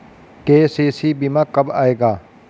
KCC बीमा कब आएगा?